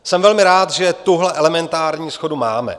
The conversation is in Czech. Jsem velmi rád, že tuhle elementární shodu máme.